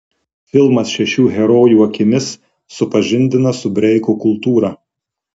filmas šešių herojų akimis supažindina su breiko kultūra